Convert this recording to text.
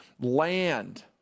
land